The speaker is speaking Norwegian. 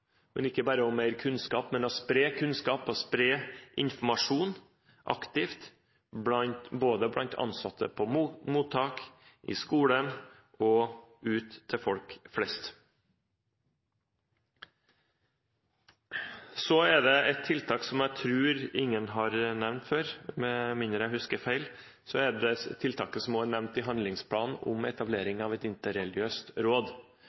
ikke bare for mer kunnskap, men også for å spre kunnskap og informasjon aktivt både blant ansatte på mottak, i skolen og ut til folk flest. Det er ett tiltak som jeg tror ingen har nevnt, med mindre jeg husker feil. Det er tiltaket, som også er nevnt i handlingsplanen, om etablering av et interreligiøst råd.